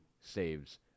saves